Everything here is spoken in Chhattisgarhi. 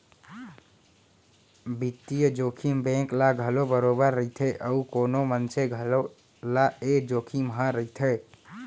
बित्तीय जोखिम बेंक ल घलौ बरोबर रइथे अउ कोनो मनसे घलौ ल ए जोखिम ह रइथे